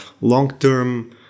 long-term